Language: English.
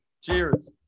Cheers